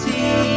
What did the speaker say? See